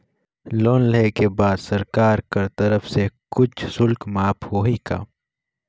Loan लेहे के बाद सरकार कर तरफ से कुछ शुल्क माफ होही का?